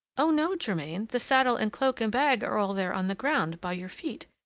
oh! no, germain the saddle and cloak and bag are all there on the ground, by your feet.